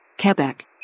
Quebec